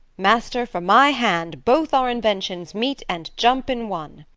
master, for my hand, both our inventions meet and jump in one.